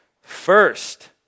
First